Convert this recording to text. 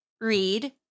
read